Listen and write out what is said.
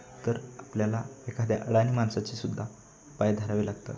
तर आपल्याला एखाद्या अडाणी माणसाचेसुद्धा पाय धरावे लागतात